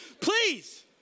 Please